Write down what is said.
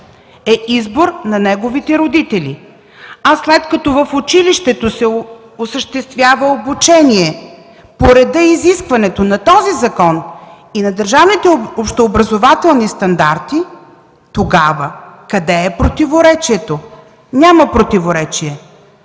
е избор на неговите родители, а след като в училището се осъществява обучение по реда и изискването на този закон и на държавните общообразователни стандарти, тогава къде е противоречието? Няма противоречие!